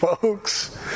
folks